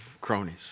cronies